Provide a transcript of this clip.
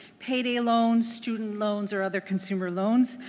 payday loans, student loans, or other consumer loans.